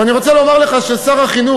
ואני רוצה לומר לך ששר החינוך,